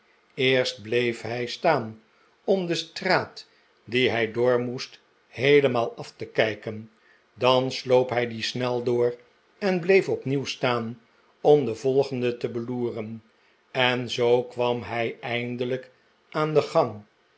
eerst bleef hij staan om de straat die hij door moest heelemaal af te kijken dan sloop hij die snel door en bleef opnieuw staan om de volgende te beloeren en zoo kwam hij eindelijk aan de gang